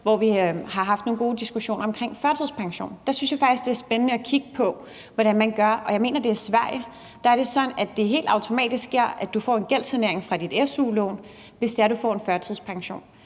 har vi har haft nogle gode diskussioner om førtidspension. Der synes jeg faktisk, at det er spændende at kigge på, hvordan man gør. Jeg mener, at det i Sverige er sådan, at det sker helt automatisk, at du får en gældssanering af dit su-lån, hvis du får en førtidspension,